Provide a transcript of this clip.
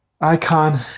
Icon